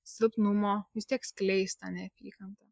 silpnumo vis tiek skleis tą neapykantą